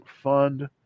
fund